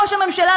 ראש הממשלה,